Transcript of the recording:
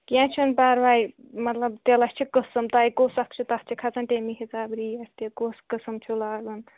کیٚنٛہہ چھُنہٕ پَرٕوٚاے مطلب تِلَس چھِ قٕسم تۅہہِ کُس اکھ چھُ تتھ چھِ کھسان تٔمی حِسابہٕ ریٚٹ تہٕ کُس قٕسم چھُ لاگُن